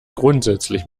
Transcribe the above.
grundsätzlich